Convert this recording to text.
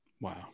Wow